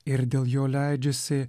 ir dėl jo leidžiasi